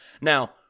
Now